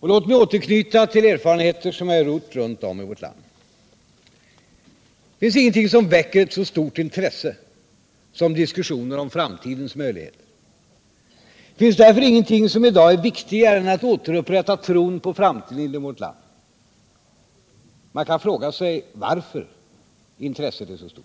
Och låt mig återknyta till erfarenheter jag gjort runt om i vårt land. Det finns | 174 ingenting som väcker ett så stort intresse som diskussioner om framtidens möjligheter. Det finns därför ingenting som i dag är viktigare än att återupprätta tron på framtiden i vårt land. Man kan fråga sig varför intresset är så stort.